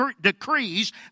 decrees